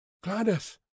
Gladys